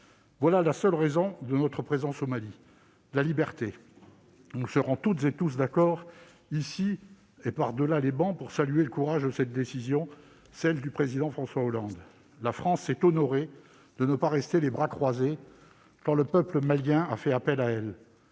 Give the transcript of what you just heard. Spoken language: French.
est la seule raison de notre présence au Mali : la liberté. Nous serons toutes et tous d'accord ici, et par-delà nos travées, pour saluer le courage de cette décision, celle du Président François Hollande. La France s'est honorée de ne pas rester les bras croisés quand le peuple malien a fait appel à elle.